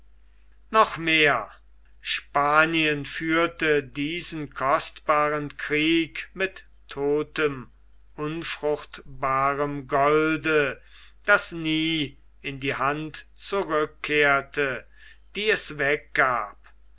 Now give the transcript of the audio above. noch mehr spanien führte diesen kostbaren krieg mit todtem unfruchtbarem golde das nie in die hand zurückkehrte die es weggab